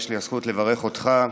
יש לי הזכות לברך אותך,